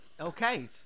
Okay